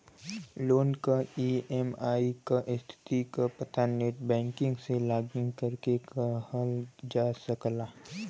loan क EMI क स्थिति क पता नेटबैंकिंग से लॉगिन करके किहल जा सकला